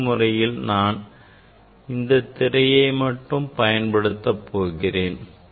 கணினி முறையில் நான் இந்தத் திரையை மட்டுமே பயன்படுத்தப் போகிறேன்